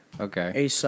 Okay